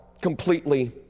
completely